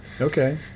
Okay